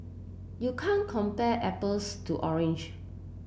you can't compare apples to orange